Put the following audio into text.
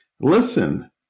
Listen